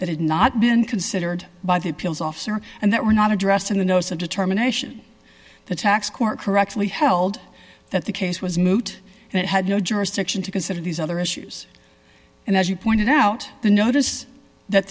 that had not been considered by the appeals officer and that were not addressed in the notice of determination the tax court correctly held that the case was moot and it had no jurisdiction to consider these other issues and as you pointed out the notice that